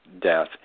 death